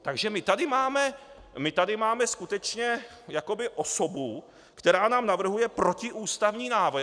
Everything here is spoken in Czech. Takže my tady máme skutečně jakoby osobu, která nám navrhuje protiústavní návrhy.